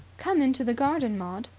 come into the garden, maud,